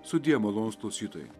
sudie malonūs klausytojai